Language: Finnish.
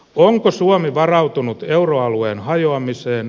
onko suomi varautunut euroalueen hajoamiseen